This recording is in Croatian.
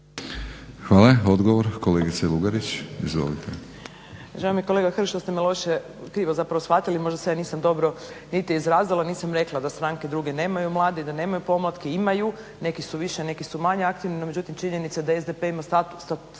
Hvala. Odgovor, kolegice Lugarić izvolite.